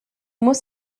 musst